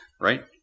right